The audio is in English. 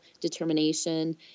determination